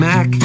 Mac